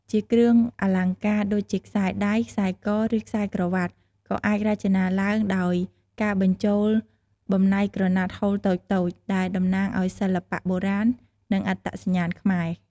ជាគ្រឿងអលង្ការ ដូចជាខ្សែដៃ ខ្សែក ឬខ្សែច្រវ៉ាក់ ក៏អាចរចនាឡើងដោយការបញ្ចូលបំណែកក្រណាត់ហូលតូចៗ ដែលតំណាងឲ្យសិល្បៈបុរាណ និងអត្តសញ្ញាណខ្មែរ។